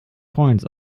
points